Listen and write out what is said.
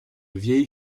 vieille